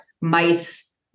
mice